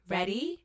Ready